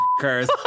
curse